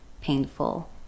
painful